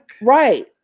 right